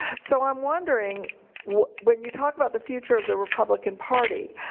so i'm wondering when you talk about the future of the republican party,